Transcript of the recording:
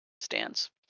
stands